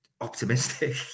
optimistic